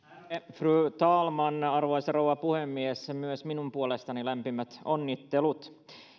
fru talman arvoisa rouva puhemies myös minun puolestani lämpimät onnittelut